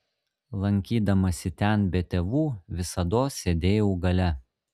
lankydamasi ten be tėvų visados sėdėjau gale